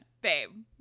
babe